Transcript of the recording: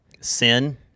sin